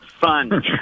fun